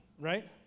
right